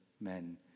men